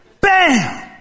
bam